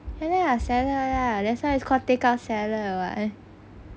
ya lah salad lah that's why it's take out salad [what]